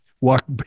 walk